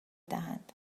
دهند